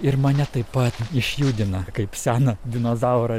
ir mane taip pat išjudina kaip seną dinozaurą